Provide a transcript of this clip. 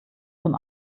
zum